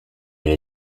elle